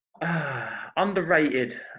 Underrated